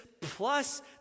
plus